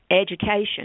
education